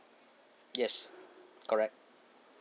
yes correct